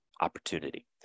opportunity